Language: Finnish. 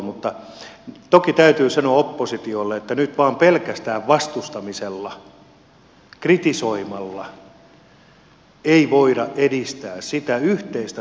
mutta toki täytyy sanoa oppositiolle että nyt vain pelkästään vastustamisella kritisoimalla ei voida edistää sitä yhteistä tavoitetta